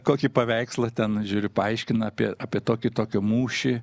kokį paveikslą ten žiūriu paaiškina apie apie tokį tokį mūšį